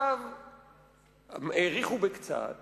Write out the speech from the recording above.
האריכו בקצת